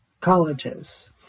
colleges